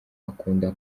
akunda